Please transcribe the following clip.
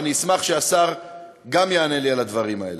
ואני אשמח שהשר גם יענה לי על הדברים האלה.